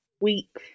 week